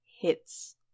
hits